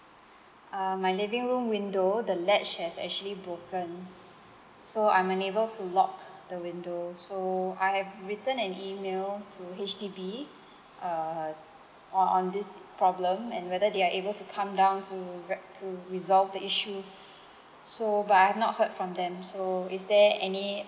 uh my living room window the latch has actually broken so I'm unable to lock the window so I have written an email to H_D_B uh on on this problem and whether they are able to come down to rec~ to resolve the issue so but I have not heard from them so is there any